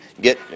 get